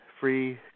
free